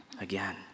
again